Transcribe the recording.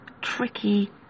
tricky